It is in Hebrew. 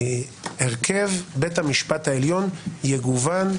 הרכב בית המשפט העליון יגוון,